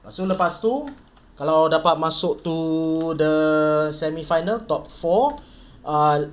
soon lepas tu kalau dapat masuk to the semi final top four ah